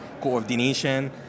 coordination